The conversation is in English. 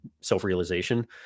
self-realization